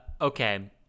Okay